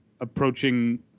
approaching